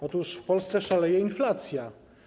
Otóż w Polsce szaleje inflacja.